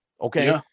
okay